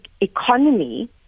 economy